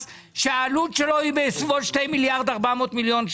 אם זה ראש הממשלה נתניהו והרב גפני בעצמו שהגיע לעכו כמה פעמים,